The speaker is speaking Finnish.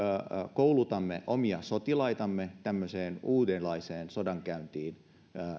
koulutamme omia sotilaitamme tämmöiseen uudenlaiseen sodankäyntiin